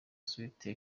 swift